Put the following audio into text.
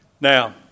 Now